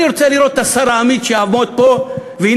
אני רוצה לראות את השר האמיץ שיעמוד פה וינמק